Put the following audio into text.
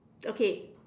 okay